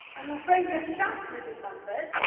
i'm afraid you're shocked, mrs. mumford.